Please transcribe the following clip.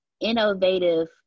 innovative